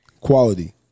quality